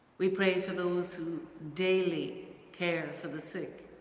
we pray for those who daily care for the sick